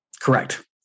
Correct